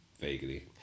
Vaguely